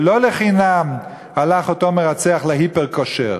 ולא לחינם הלך אותו מרצח ל"היפר כשר".